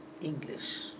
English